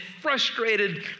frustrated